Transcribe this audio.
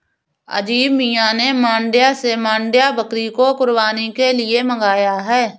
अजीम मियां ने मांड्या से मांड्या बकरी को कुर्बानी के लिए मंगाया है